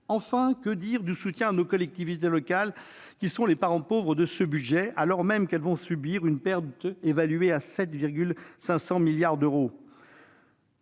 Enfin, que dire du soutien à nos collectivités locales, qui sont les parents pauvres de ce budget, alors même qu'elles vont subir une perte évaluée à 7,5 milliards d'euros ?